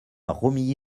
romilly